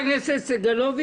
שישיב.